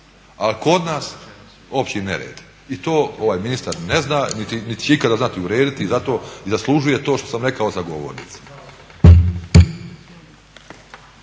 A kod nas opći nered i to ovaj ministar ne zna niti će ikada znati urediti i zato i zaslužuje to što sam rekao za govornicom.